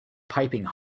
piping